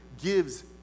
gives